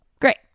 Great